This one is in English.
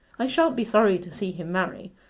i shan't be sorry to see him marry,